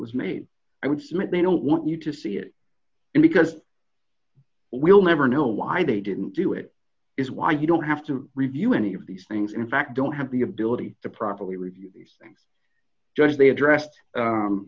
was made i would submit they don't want you to see it because we'll never know why they didn't do it is why you don't have to review any of these things and in fact don't have the ability to properly review these thing judge they addressed